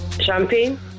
Champagne